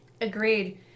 Agreed